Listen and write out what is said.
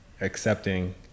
accepting